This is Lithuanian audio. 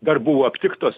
dar buvo aptiktos